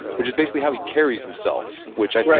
which is basically how he carries himself, which i